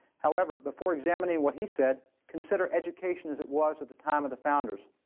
however, before examining what he said, consider education as it was at the time of the founders.